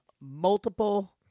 multiple